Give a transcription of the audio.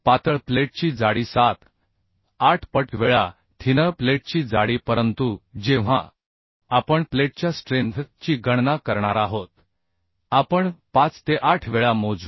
पातळ प्लेटची जाडी 78 पट वेळा थिनर प्लेटची जाडी परंतु जेव्हा आपण प्लेटच्या स्ट्रेंथ ची गणना करणार आहोत आपण 58 वेळा मोजू